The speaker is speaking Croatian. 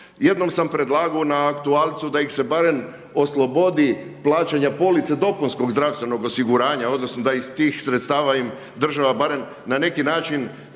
Jednom sam predlagao na aktualcu da ih se barem oslobodi plaćanja police dopunskog zdravstvenog osiguranja, odnosno da iz tih sredstava im država barem na neki način